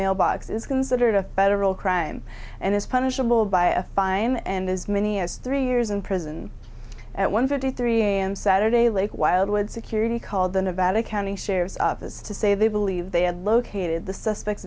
mailbox is considered a federal crime and is punishable by a fine and as many as three years in prison at one fifty three a m saturday lake wildwood security called the nevada county sheriff's office to say they believe they have located the suspect